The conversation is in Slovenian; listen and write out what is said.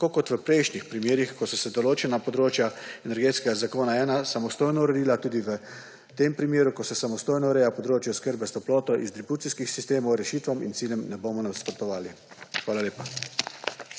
Tako kot v prejšnjih primerih, ko so se določena področja Energetskega zakona-1 samostojno uredila, tudi v tem primeru, ko se samostojno ureja področje oskrbe s toploto iz distribucijskih sistemov, rešitvam in ciljem ne bomo nasprotovali. Hvala lepa.